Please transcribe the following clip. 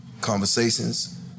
Conversations